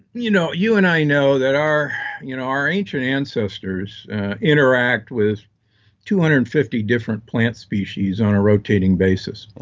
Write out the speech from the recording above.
you know you and i know that our you know our ancient ancestors interact with two hundred and fifty different plant species on a rotating basis.